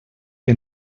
que